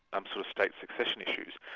um sort of state succession issues.